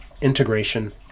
Integration